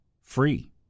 free